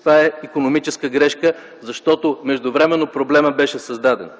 Това е икономическа грешка, защото, междувременно проблемът беше създаден.